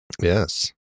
Yes